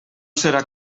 serà